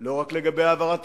לא רק לגבי העברת טריטוריות,